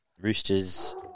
Roosters